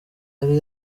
yari